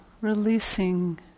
releasing